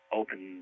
open